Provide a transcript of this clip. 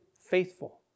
faithful